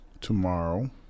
tomorrow